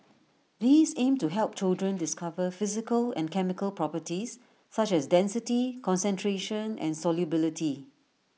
these aim to help children discover physical and chemical properties such as density concentration and solubility